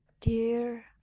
dear